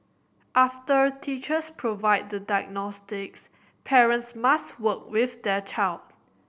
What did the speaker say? after teachers provide the diagnostics parents must work with their child